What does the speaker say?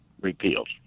Repealed